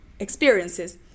experiences